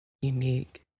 Unique